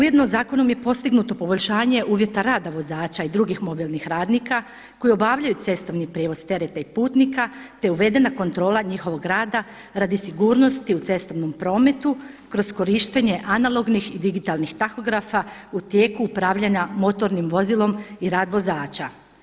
Ujedno zakonom je postignuto poboljšanje uvjeta rada vozača i drugih mobilnih radnika koji obavljaju cestovni prijevoz tereta i putnika, te uvedena kontrola njihovog rada radi sigurnosti u cestovnom prometu kroz korištenje analognih i digitalnih tahografa u tijeku upravljanja motornim vozilom i rad vozača.